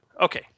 Okay